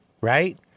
right